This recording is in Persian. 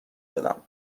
دادم